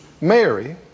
Mary